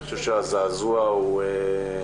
אני חושב שהזעזוע הוא כמובן,